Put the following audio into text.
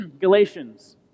Galatians